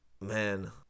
man